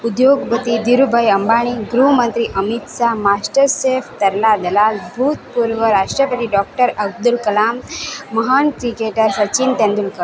ઉદ્યોગપતિ ધીરુભાઈ અંબાણી ગૃહમંત્રી Amit Shah master chef Tarla Dalal ભૂતપૂર્વ રાષ્ટ્રપતિ ડોક્ટર અબ્દુલ કલામ મહાન ક્રિકેટર સચિન તેંડુલકર